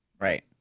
Right